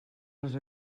les